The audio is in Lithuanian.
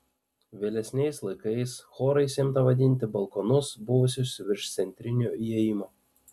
vėlesniais laikais chorais imta vadinti balkonus buvusius virš centrinio įėjimo